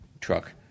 truck